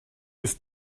ist